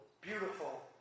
beautiful